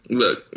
look